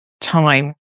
time